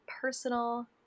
personal